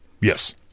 Yes